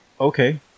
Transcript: okay